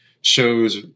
shows